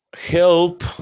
help